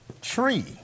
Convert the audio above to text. tree